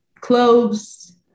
cloves